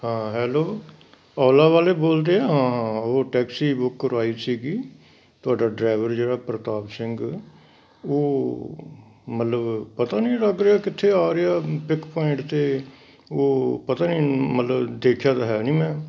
ਹਾਂ hello Ola ਵਾਲੇ ਬੋਲਦੇ ਆ ਹਾਂ ਉਹ ਟੈਕਸੀ ਬੁੱਕ ਕਰਵਾਈ ਸੀਗੀ ਤੁਹਾਡਾ ਡਰਾਈਵਰ ਜਿਹੜਾ ਪ੍ਰਤਾਪ ਸਿੰਘ ਉਹ ਮਤਲਬ ਪਤਾ ਨਹੀਂ ਲੱਗ ਰਿਹਾ ਕਿੱਥੇ ਆ ਰਿਹਾ ਪਿੱਕ ਪੁਆਇੰਟ 'ਤੇ ਉਹ ਪਤਾ ਨਹੀਂ ਮਤਲਬ ਦੇਖਿਆ ਤਾਂ ਹੈ ਨਹੀਂ ਮੈਂ